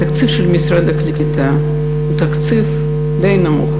התקציב של המשרד הוא תקציב די נמוך.